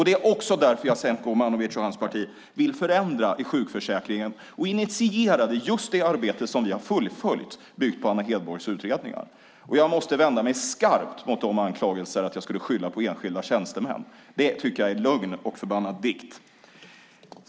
Det är också därför Jasenko Omanovic och hans parti vill förändra i sjukförsäkringen, och man initierade just det arbete som vi har fullföljt, byggt på Anna Hedborgs utredningar. Jag måste vända mig skarpt mot anklagelserna om att jag skulle skylla på enskilda tjänstemän. Det tycker jag är lögn och förbannad dikt.